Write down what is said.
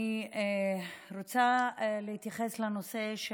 אני רוצה להתייחס לנושא של